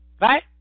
Right